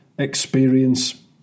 Experience